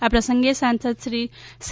આ પ્રસંગે સાંસદશ્રી સી